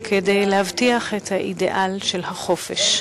כדי להבטיח את האידיאל של החופש.